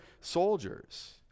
soldiers